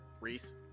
Reese